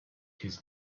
his